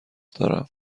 دارم